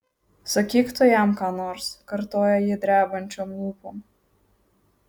sakyk tu jam ką nors kartoja ji drebančiom lūpom